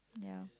ya